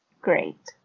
Great